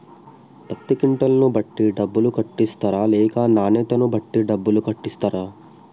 పత్తి క్వింటాల్ ను బట్టి డబ్బులు కట్టిస్తరా లేక నాణ్యతను బట్టి డబ్బులు కట్టిస్తారా?